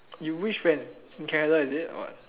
you which friends in Canada is it or what